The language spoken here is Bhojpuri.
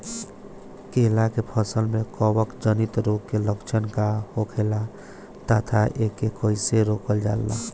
केला के फसल में कवक जनित रोग के लक्षण का होखेला तथा एके कइसे रोकल जाला?